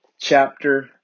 chapter